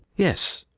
yes.